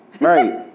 Right